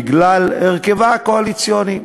בגלל הרכבה הקואליציוני,